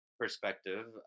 perspective